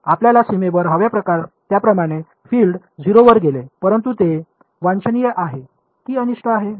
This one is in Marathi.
आपल्याला सीमेवर हव्या त्याप्रमाणे फील्ड 0 वर गेले परंतु ते वांछनीय आहे की अनिष्ट आहे